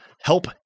help